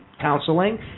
counseling